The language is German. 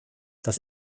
dass